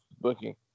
booking